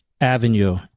avenue